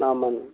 ஆமாங்க